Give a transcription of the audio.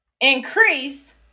increase